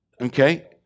okay